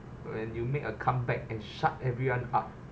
when you make a comeback and shut everyone up